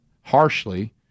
harshly